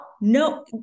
No